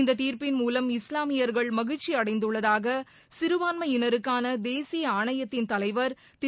இந்த தீர்ப்பின் மூலம் இஸ்லாமியர்கள் மகிழ்ச்சி அடைந்துள்ளதாக சிறுபான்மையினருக்கான தேசிய ஆணையத்தின் தலைவர் திரு